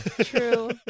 True